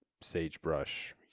sagebrush